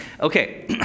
Okay